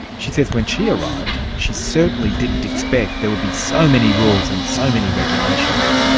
she says when she arrived she certainly didn't expect there would be so many rules and so many regulations.